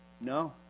No